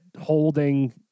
holding